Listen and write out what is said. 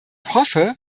hoffe